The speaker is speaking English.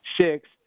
Six